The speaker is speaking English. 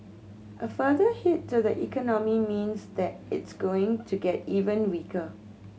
a further hit to the economy means that it's going to get even weaker